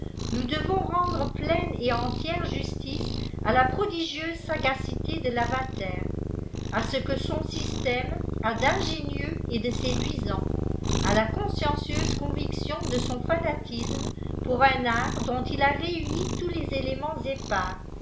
nous devons rendre pleine et entière justice à la prodigieuse sagacité de lavater à ce que son système a d'ingénjeux et de séduisant à la consciencieuse conviction de son fanatisme pour un art dont il a réuni tous les éléments épars